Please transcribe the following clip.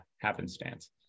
happenstance